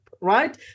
right